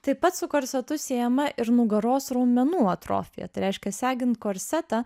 taip pat su korsetu siejama ir nugaros raumenų atrofija tai reiškia segint korsetą